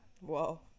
Whoa